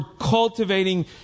cultivating